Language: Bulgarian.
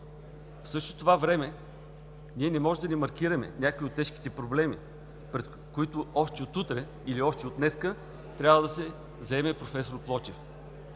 В същото това време ние не можем да не маркираме някои от тежките проблеми, пред които още от утре, или още от днес трябва да се заеме проф. Плочев.